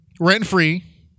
rent-free